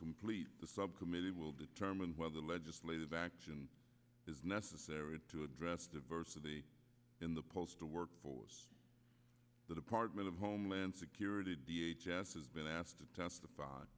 completed the subcommittee will determine whether legislative action is necessary to address diversity in the postal workforce the department of homeland security has been asked to testify